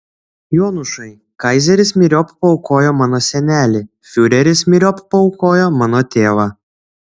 jonušai kaizeris myriop paaukojo mano senelį fiureris myriop paaukojo mano tėvą